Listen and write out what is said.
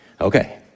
Okay